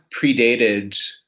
predated